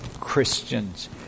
Christians